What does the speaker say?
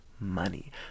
money